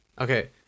okay